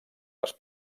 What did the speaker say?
les